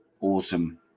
awesome